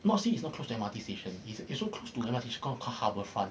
not say it's not close to M_R_T station it's also close to M_R_T station called harbourfront